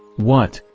what,